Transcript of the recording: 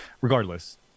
regardless